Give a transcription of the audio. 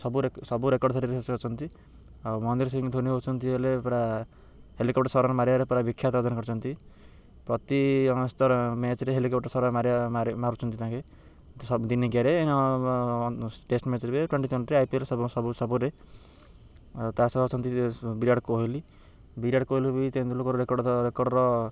ସବୁ ସବୁ ସବୁ ରେକର୍ଡ଼ ଧରେ ସେ ଅଛନ୍ତି ଆଉ ମହନ୍ଦିର ସିଂ ଧୋନି ହଉଛନ୍ତି ହେଲେ ପୁରା ହେଲିକପ୍ଟର ମାରିବାରେ ପୁରା ବିଖ୍ୟାତ ଅର୍ଜନ କରିଛନ୍ତି ପ୍ରତି ଅସ୍ତର ମ୍ୟାଚରେ ହେଲିକପ୍ଟର ସର ମାରିବା ମାରେ ମାରୁଛନ୍ତି ତାଙ୍କେ ଦିନିକିଆରେ ଟେଷ୍ଟ ମ୍ୟାଚରେ ବି ଟ୍ୱେଣ୍ଟି ଟ୍ୱେଣ୍ଟିରେ ଆଇ ପି ଏଲ୍ ସବୁ ସବୁରେ ଆଉ ତା ସହ ଅଛନ୍ତି ବିରାଟ କୋହଲି ବିରାଟ କୋହଲି ବି ତେନ୍ଦୁଲକର ରେକର୍ଡ଼ ରେକର୍ଡ଼ର